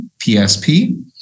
PSP